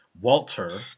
Walter